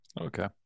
Okay